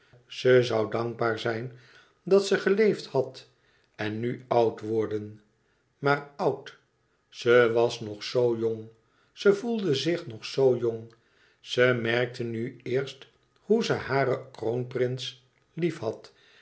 ze zoû dankbaar zijn dat ze geleefd had en nu oud worden maar oud ze was nog zoo jong ze voelde zich nog zoo jong ze merkte nu eerst hoe ze haren kroonprins liefhad